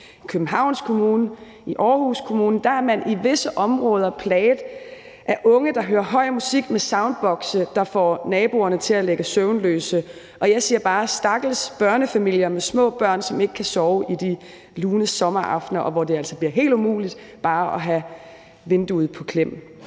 I Københavns Kommune, i Aarhus Kommune er man i visse områder plaget af unge, der hører høj musik med soundbokse, der får naboerne til at ligge søvnløse, og jeg siger bare: stakkels børnefamilier med små børn, som ikke kan sove i de lune sommeraftener, hvor det altså bliver helt umuligt bare at have vinduet på klem.